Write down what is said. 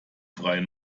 freien